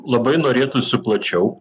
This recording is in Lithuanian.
labai norėtųsi plačiau